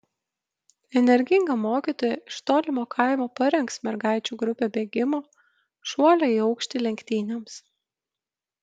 energinga mokytoja iš tolimo kaimo parengs mergaičių grupę bėgimo šuolio į aukštį lenktynėms